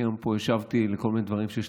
אני היום פה השבתי על כל מיני דברים שיש